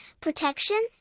protection